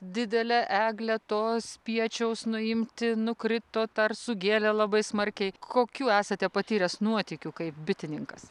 didelę eglę to spiečiaus nuimti nukritot ar sugėlė labai smarkiai kokių esate patyręs nuotykių kaip bitininkas